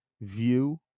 view